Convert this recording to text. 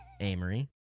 Amory